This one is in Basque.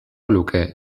luke